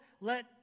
let